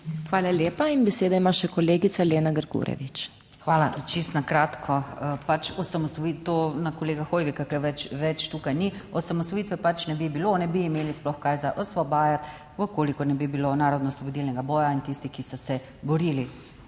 Hvala lepa. In besedo ima še kolegica Lena Grgurevič. LENA GRGUREVIČ (PS Svoboda): Hvala. Čisto na kratko. Pač osamosvojitev, to na kolega Hoivika, ki ga več tukaj ni, osamosvojitve pač ne bi bilo, ne bi imeli sploh kaj za osvobajati, v kolikor ne bi bilo narodnoosvobodilnega boja in tistih, ki so se borili